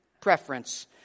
Preference